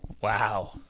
Wow